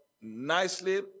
nicely